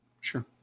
Sure